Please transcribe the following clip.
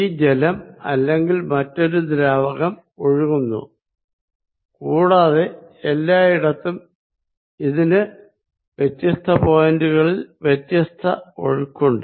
ഈ ജലം അല്ലെങ്കിൽ മറ്റൊരു ദ്രാവകം ഒഴുകുന്നു കൂടാതെ എല്ലായിടത്തും ഇതിന് വ്യത്യസ്ത പോയിന്റുകളിൽ വ്യത്യസ്ത ഒഴുക്കുണ്ട്